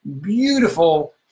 beautiful